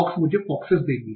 fox मुझे focuses देगी